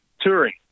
touring